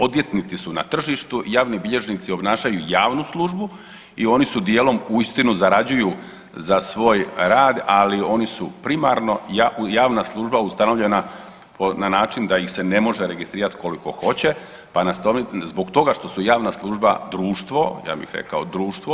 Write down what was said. Odvjetnici su na tržištu, javni bilježnici obnašaju javnu službu i oni su dijelom uistinu zarađuju za svoj rad, ali oni su primarno javna služba ustanovljena na način da ih se ne može registrirati koliko hoće zbog toga što su javna služba društvo, ja bih rekao društvo.